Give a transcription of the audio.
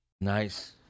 nice